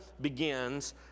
begins